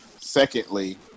Secondly